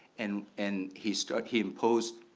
and and, he stood he imposed